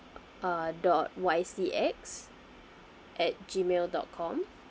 uh dot Y C X at gmail dot com